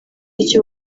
icyo